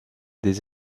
des